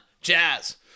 Jazz